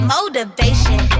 Motivation